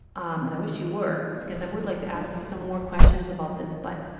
um and i wish you were because i would like to ask you some more questions about this but